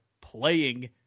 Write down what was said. playing